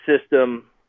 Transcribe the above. system